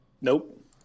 Nope